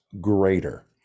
greater